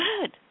good